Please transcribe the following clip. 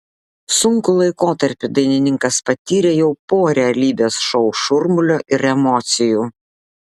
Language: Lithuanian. sunkų laikotarpį dainininkas patyrė jau po realybės šou šurmulio ir emocijų